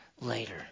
later